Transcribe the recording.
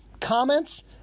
comments